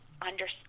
understand